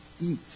eat